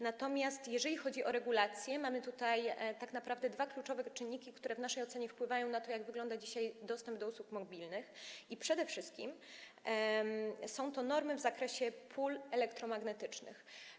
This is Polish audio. Natomiast jeżeli chodzi o regulację, mamy tutaj tak naprawdę dwa kluczowe czynniki, które w naszej ocenie wpływają na to, jak wygląda dzisiaj dostęp do usług mobilnych, i przede wszystkim są to normy w zakresie pól elektromagnetycznych.